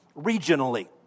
regionally